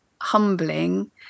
humbling